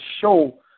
show